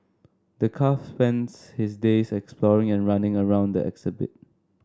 the calf spends his days exploring and running around the exhibit